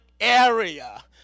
area